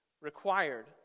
required